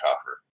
offer